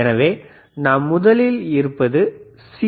எனவே நம்மிடம் முதலில் இருப்பது சி